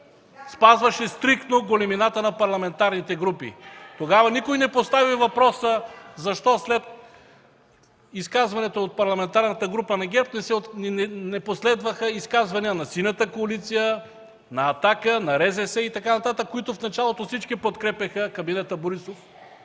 спазваше стриктно големината на парламентарните групи. Тогава никой не постави въпроса защо след изказването от Парламентарната група на ГЕРБ не последваха изказвания на Синята коалиция, на „Атака”, РЗС и така нататък, които в началото всички подкрепяха кабинета Борисов,